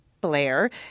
Blair